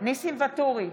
ניסים ואטורי,